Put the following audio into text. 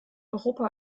europa